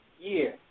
year